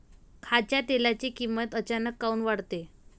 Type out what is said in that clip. खाच्या तेलाची किमत अचानक काऊन वाढते?